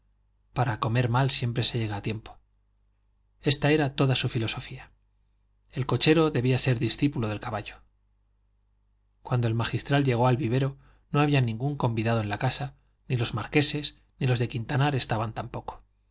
para comer mal siempre se llega a tiempo esta era toda su filosofía el cochero debía de ser discípulo del caballo cuando el magistral llegó al vivero no había ningún convidado en la casa ni los marqueses ni los de quintanar estaban tampoco